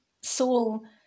soul